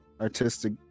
artistic